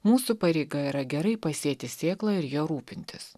mūsų pareiga yra gerai pasėti sėklą ir ja rūpintis